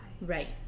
Right